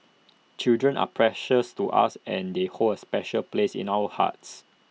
children are precious to us and they hold A special place in our hearts